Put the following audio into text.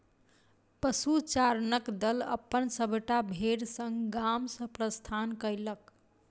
पशुचारणक दल अपन सभटा भेड़ संग गाम सॅ प्रस्थान कएलक